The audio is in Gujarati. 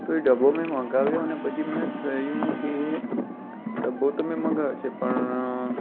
તો એ ડબ્બો મેં મગાવ્યો અને પછી મને થયું કે ડબ્બો તો મેં મગાવ્યો છે પણ